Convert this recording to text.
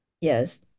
yes